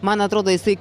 man atrodo jisai